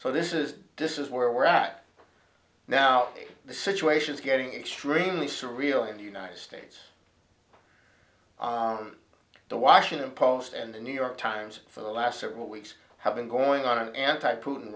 so this is this is where we're at now the situation's getting extremely surreal in the united states the washington post and the new york times for the last several weeks have been going on an anti